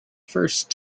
first